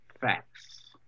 facts